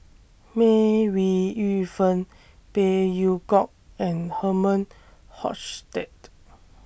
May Ooi Yu Fen Phey Yew Kok and Herman Hochstadt